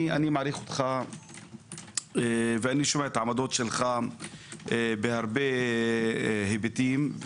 אני מעריך אותך ושומע עמדותיך בהרבה היבטים.